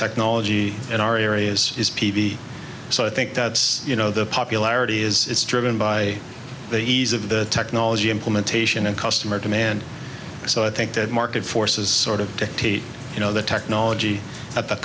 technology in our areas is p v so i think that's you know the popularity is it's driven by the ease of the technology implementation and customer demand so i think that market forces sort of to take you know the technology at the